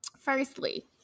Firstly